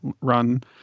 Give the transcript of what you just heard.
run